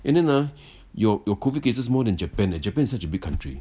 and then ah your your COVID cases more than japan eh japan is such a big country